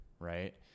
right